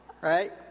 Right